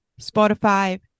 Spotify